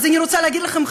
אז אני רוצה להגיד לכם,